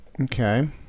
Okay